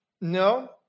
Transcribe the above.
No